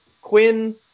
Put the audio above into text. Quinn